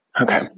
Okay